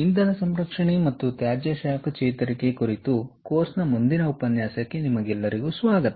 ಇಂಧನ ಸಂರಕ್ಷಣೆ ಮತ್ತು ತ್ಯಾಜ್ಯ ಶಾಖ ಚೇತರಿಕೆ ಕುರಿತು ಕೋರ್ಸ್ನ ಮುಂದಿನ ಉಪನ್ಯಾಸಕ್ಕೆ ಸ್ವಾಗತ